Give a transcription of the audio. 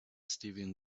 steven